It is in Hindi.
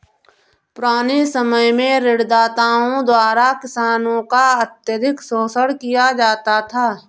पुराने समय में ऋणदाताओं द्वारा किसानों का अत्यधिक शोषण किया जाता था